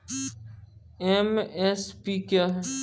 MSP क्या है?